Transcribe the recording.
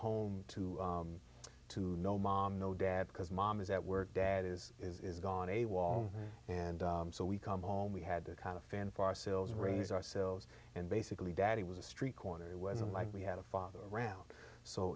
home to to no mom no dad because mom is at work dad is is gone a wall and so we come home we had to kind of fan for ourselves raise ourselves and basically daddy was a street corner it wasn't like we had a father around so